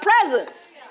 presence